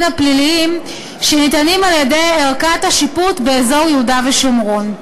הפליליים שניתנים על-ידי ערכאת השיפוט באזור יהודה ושומרון.